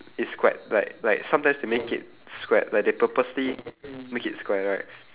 it's squared like like sometimes they make it squared like they purposely make it square right